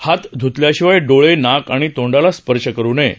हात धतल्याशिवाय डोळे नाक आणि तोंडाला स्पर्श करु नये